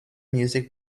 music